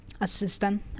assistant